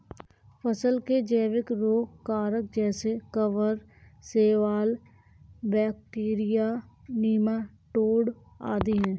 फसल के जैविक रोग कारक जैसे कवक, शैवाल, बैक्टीरिया, नीमाटोड आदि है